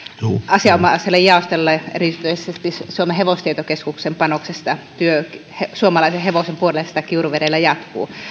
asianomaiselle jaostolle erityisesti suomen hevostietokeskuksen panoksesta työ suomalaisen hevosen puolesta kiuruvedellä jatkuu